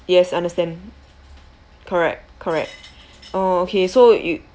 yes understand correct correct oh okay so you